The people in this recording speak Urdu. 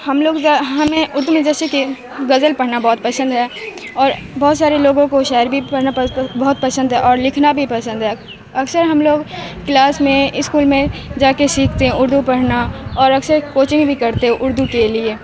ہم لوگ ہمیں اردو میں جیسے کہ غزل پڑھنا بہت پسند ہے اور بہت سارے لوگوں کو شاعری بھی پڑھنا بہت پسند ہے اور لکھنا بھی پسند ہے اکثر ہم لوگ کلاس میں اسکول میں جا کے سیکھتے ہیں اردو پڑھنا اور اکثر کوچنگ بھی کرتے ہیں اردو کے لیے